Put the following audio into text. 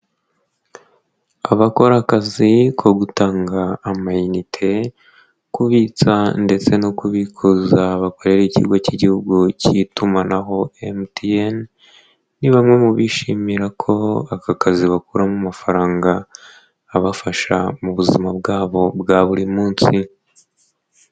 Abakora akazi ko gutanga amayinite kubitsa ndetse no kubikuza bakorera ikigo k'igihugu k'itumanaho MTN, ni bamwe mu bishimira ko aka kazi bakuramo amafaranga abafasha mu buzima bwabo bwa buri munsi.